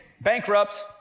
bankrupt